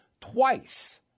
twice